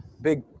big